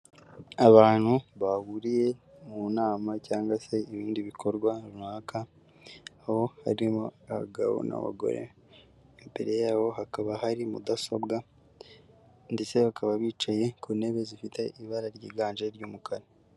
Abantu bahuriye mu nama cyangwa se ibindi bikorwa runaka, aho harimo abagabo n'abagore, imbere yabo hakaba hari mudasobwa ndetse bakaba bicaye ku ntebe zifite ibara ryiganje ry'umukara.